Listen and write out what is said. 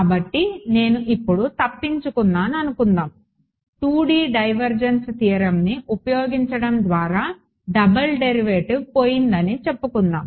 కాబట్టి నేను ఇప్పుడు తప్పించుకున్నాను అనుకుందాం 2D డైవర్జెన్స్ థియరమ్ని ఉపయోగించడం ద్వారా డబుల్ డెరివేటివ్ పోయిందని చెప్పుకుందాం